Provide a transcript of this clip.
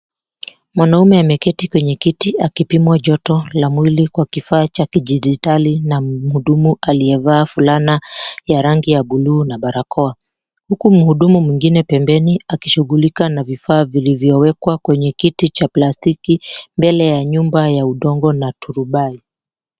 Mwanaume ameketi kwenye kiti akipimwa joto la mwili kwa kifaa cha kijitali na mhudumu aliyevaa fulani ya rangi ya buluu na barakoa. Huku mhudumu mwingine pembeni akishughulika na vifaa vilivyo wekwa kwenye kiti cha plastiki mbele ya nyumba ya udongo na turubai.